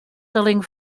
selling